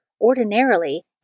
Ordinarily